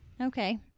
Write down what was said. Okay